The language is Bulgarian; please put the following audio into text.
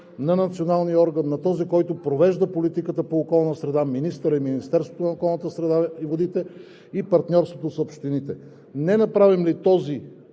на националния орган, на този, който провежда политиката по околна среда – министърът и Министерството на околната среда и водите, и партньорството с общините. Не направим ли този